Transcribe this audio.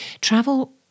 Travel